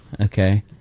okay